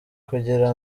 kugira